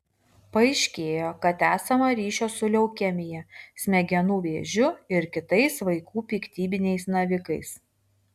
paaiškėjo kad esama ryšio su leukemija smegenų vėžiu ir kitais vaikų piktybiniais navikais